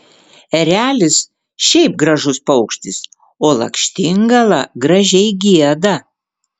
erelis šiaip gražus paukštis o lakštingala gražiai gieda